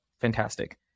fantastic